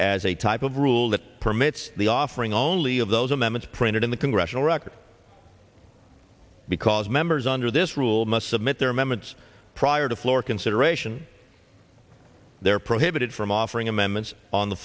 as a type of rule that permits the offering only of those amendments printed in the congressional record because members under this rule must submit their mamet's prior to floor consideration they are prohibited from offering amendments on the